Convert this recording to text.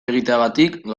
egiteagatik